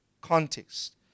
context